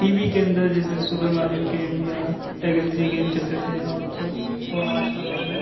T V کے اندر جیسے سپرمارئیو گیم یا ٹیگن تھری گیم چلتے تھے اور تو آج کے دور میں